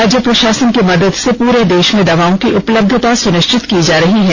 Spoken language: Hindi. राज्य प्रशासन की मदद से पूरे देश में दवाओं की उपलब्यता सुनिश्चित की जा रही है